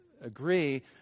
agree